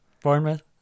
Bournemouth